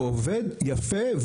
ועובד יפה,